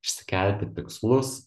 išsikelti tikslus